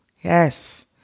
yes